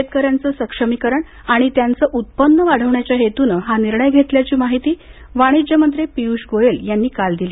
शेतकऱ्यांचं सक्षमीकरण आणि त्यांचं उत्पन्न वाढवण्याच्या हेतूनं हा निर्णय घेतल्याची माहिती वाणिज्य मंत्री पीयूष गोयल यांनी काल दिली